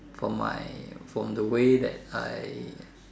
from my from the way that I